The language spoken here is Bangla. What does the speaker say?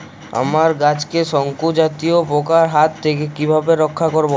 আমার গাছকে শঙ্কু জাতীয় পোকার হাত থেকে কিভাবে রক্ষা করব?